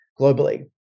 globally